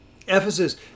Ephesus